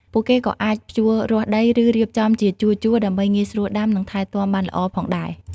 ពួកគេក៏អាចភ្ជួររាស់ដី ឬរៀបចំជាជួរៗដើម្បីងាយស្រួលដាំ និងថែទាំបានល្អផងដែរ។